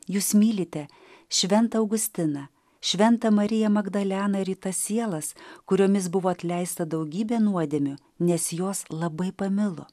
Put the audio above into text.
jūs mylite šventą augustiną šventą mariją magdaleną ir į tas sielas kuriomis buvo atleista daugybė nuodėmių nes jos labai pamilo